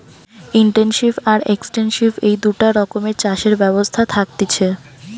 intensive আর extensive এই দুটা রকমের চাষের ব্যবস্থা থাকতিছে